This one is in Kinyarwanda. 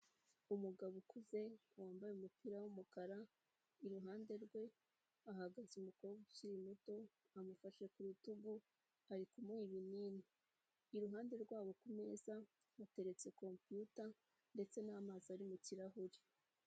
Umugabo ukuze wambaye umupira w'umukara iruhande rwe hahagaze umukobwa ukiri muto, amufashe ku rutugu ari kumuha ibinini, iruhande rw'abo kumeza hateretse computer ndetse n'amazi ari mu kirahure.